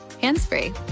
hands-free